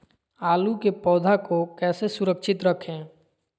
आलू के पौधा को कैसे सुरक्षित रखें?